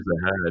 ahead